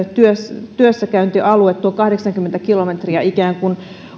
työssäkäyntialue tuo kahdeksankymmentä kilometriä ikään kuin